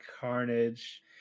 carnage